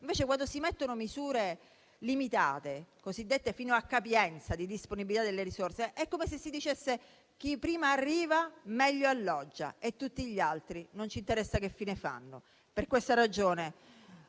Invece, quando si mettono misure limitate, cosiddette fino a capienza di disponibilità delle risorse, è come se si dicesse che chi prima arriva meglio alloggia e tutti gli altri non ci interessa che fine fanno. Per questa ragione,